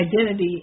identity